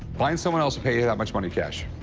find someone else to pay you that much money cash.